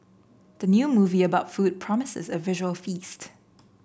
the new movie about food promises a visual feast